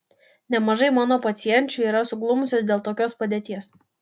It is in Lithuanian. nemažai mano pacienčių yra suglumusios dėl tokios padėties